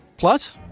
plus,